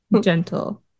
gentle